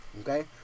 Okay